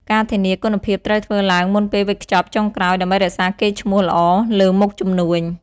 ការធានា គុណភាពត្រូវធ្វើឡើងមុនពេលវេចខ្ចប់ចុងក្រោយដើម្បីរក្សាកេរ្តិ៍ឈ្មោះល្អលើមុខជំនួញ។